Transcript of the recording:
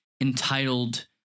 entitled